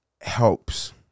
helps